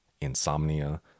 insomnia